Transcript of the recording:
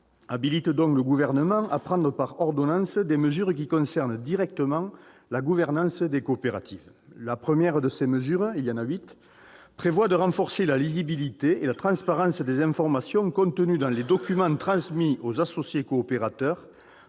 habilite le Gouvernement à prendre par ordonnance des mesures qui concernent directement la gouvernance des coopératives. La première de ces mesures- il y a en a huit -prévoit de renforcer la lisibilité et la transparence des informations contenues dans les documents transmis aux associés coopérateurs